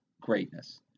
greatness